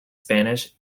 spanish